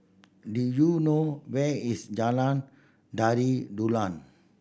do you know where is Jalan Tari Dulang